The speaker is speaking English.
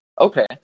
Okay